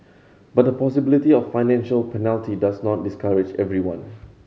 but the possibility of financial penalty does not discourage everyone